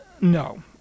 No